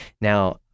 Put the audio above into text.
Now